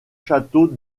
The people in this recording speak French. châteaux